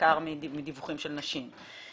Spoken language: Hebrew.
בעיקר מדיווחים של נשים.